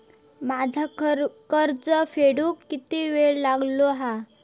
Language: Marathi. माझा कर्ज फेडुक किती वेळ उरलो हा?